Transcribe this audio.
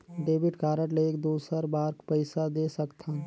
Debit card ले एक दुसर बार पइसा दे सकथन?